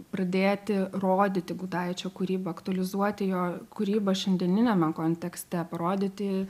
pradėti rodyti gudaičio kūrybą aktualizuoti jo kūrybą šiandieniniame kontekste parodyti